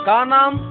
Kanam